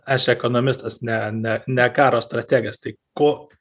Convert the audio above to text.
aš ekonomistas ne ne ne karo strategas tai ko